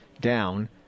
down